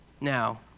Now